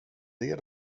det